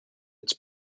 its